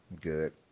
Good